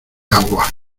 agua